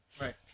Right